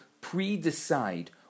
pre-decide